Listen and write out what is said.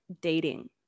dating